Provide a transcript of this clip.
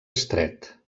estret